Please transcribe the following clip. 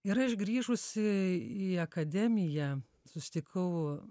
ir aš grįžusi į akademiją susitikau